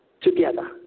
together